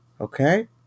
okay